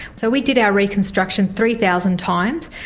so we did our reconstruction three thousand times,